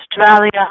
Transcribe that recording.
Australia